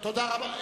תודה רבה.